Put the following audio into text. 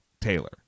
Taylor